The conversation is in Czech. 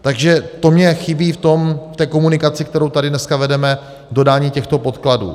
Takže to mi chybí v té komunikaci, kterou tady dneska vedeme, dodání těchto podkladů.